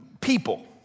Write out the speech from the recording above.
people